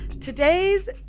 Today's